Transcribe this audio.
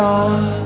God